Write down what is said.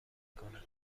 کند